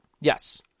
Yes